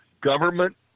government